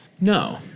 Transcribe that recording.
no